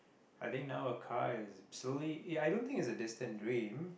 I think now a car is slowly uh i don't think it's a distant dream